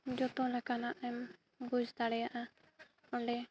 ᱡᱚᱛᱚ ᱞᱮᱠᱟᱱᱟᱜ ᱮᱢ ᱵᱩᱡᱽ ᱫᱟᱲᱮᱭᱟᱜᱼᱟ ᱚᱸᱰᱮ